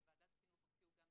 ובוועדת חינוך הופיעו גם תלמידים,